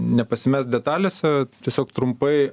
nepasimest detalėse tiesiog trumpai